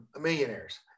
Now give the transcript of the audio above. millionaires